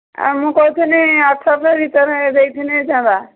ଆଉ ମୁଁ କହୁଥିଲିଲି ଅଠରଶହ ଭିତରେ ଦେଇଥିଲେ ହୋଇଥାନ୍ତା